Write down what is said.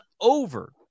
over